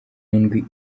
ndwi